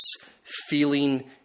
feeling